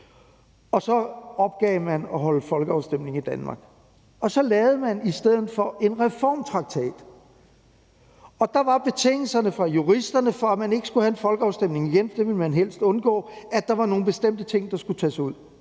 Så opgav man at afholde folkeafstemning i Danmark. Så lavede man i stedet for en reformtraktat, og der var betingelserne fra juristerne for, at man ikke skulle have en folkeafstemning igen, for det ville man helst undgå, at der var nogle bestemte ting, der skulle tages ud.